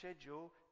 schedule